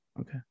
Okay